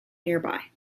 nearby